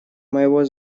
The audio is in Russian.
моего